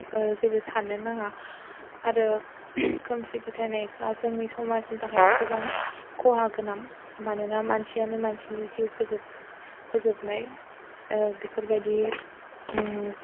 जेबो सान्नो नाङा आरो खोमसि फोथायनाया जोंनि समाजनि थाखाय गोबां खहा गोनां मानोना मानसियानो मानसिनि जिउ फोजोब फोजोबनाय बेफोरबायदि